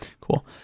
cool